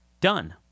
Done